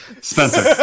Spencer